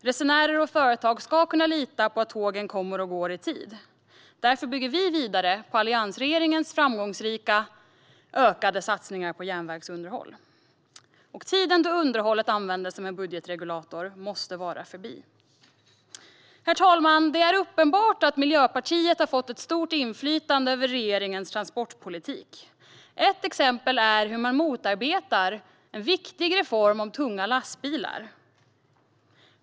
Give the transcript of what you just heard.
Resenärer och företag ska kunna lita på att tågen går i tid. Därför bygger vi vidare på alliansregeringens framgångsrika ökade satsningar på järnvägsunderhåll. Den tid då underhållet användes som en budgetregulator måste vara förbi. Herr talman! Det är uppenbart att Miljöpartiet har fått ett stort inflytande över regeringens transportpolitik. Ett exempel är hur man motarbetar en viktig reform gällande tunga lastbilar.